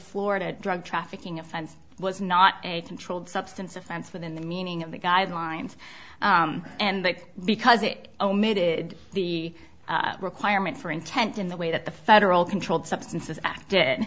florida drug trafficking offense was not a controlled substance offense within the meaning of the guidelines and because it omitted the requirement for intent in the way that the federal controlled substances act